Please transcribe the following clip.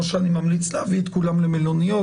לא שאני ממליץ להביא את כולם למלוניות,